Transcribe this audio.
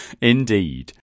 Indeed